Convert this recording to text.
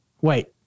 Wait